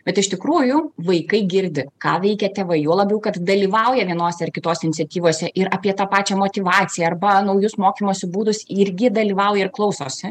bet iš tikrųjų vaikai girdi ką veikia tėvai juo labiau kad dalyvauja vienose ar kitose iniciatyvose ir apie tą pačią motyvaciją arba naujus mokymosi būdus irgi dalyvauja ir klausosi